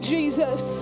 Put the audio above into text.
Jesus